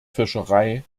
fischerei